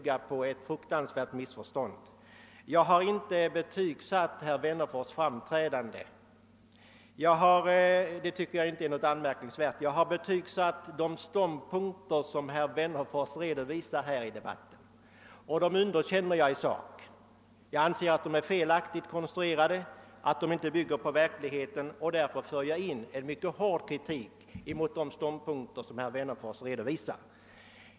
Jag ber att omedelbart få rätta till detta, som måste bygga på ett stort missförstånd. Jag har enbart betygsatt de ståndpunkter som herr Wennerfors redovisat i debatten. I sak underkänner jag dessa ståndpunkter eftersom jag anser att de är felaktigt konstruerade och inte bygger på verkligheten. Därför har jag riktat mycket hård kritik mot dem.